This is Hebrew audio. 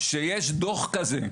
שיש דוח כזה.